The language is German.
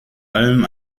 allem